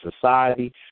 society